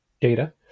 data